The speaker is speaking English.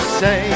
say